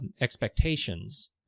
expectations